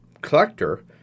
collector